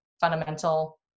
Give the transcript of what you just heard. fundamental